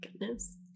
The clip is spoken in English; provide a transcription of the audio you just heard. Goodness